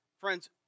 Friends